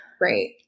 Right